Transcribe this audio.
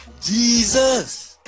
Jesus